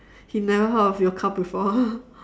he never heard of before